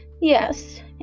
yes